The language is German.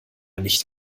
nicht